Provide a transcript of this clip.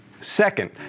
Second